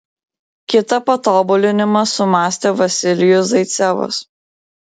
kitą patobulinimą sumąstė vasilijus zaicevas